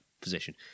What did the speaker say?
position